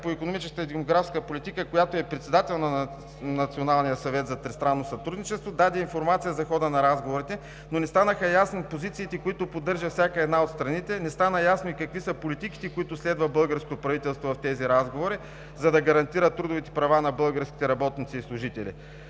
по икономическата и демографската политика, която е председател на Националния съвет за тристранно сътрудничество, даде информация за хода на разговорите, но не станаха ясни позициите, които поддържа всяка една от страните, не стана ясно и какви са политиките, които следва българското правителство в тези разговори, за да гарантира трудовите права на българските работници и служители.